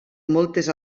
moltes